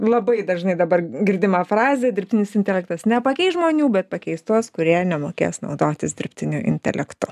labai dažnai dabar girdima frazė dirbtinis intelektas nepakeis žmonių bet pakeis tuos kurie nemokės naudotis dirbtiniu intelektu